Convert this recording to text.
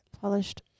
polished